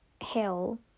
hell